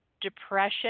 Depression